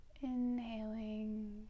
Inhaling